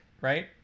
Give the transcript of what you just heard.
right